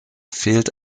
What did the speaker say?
fehlt